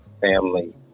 family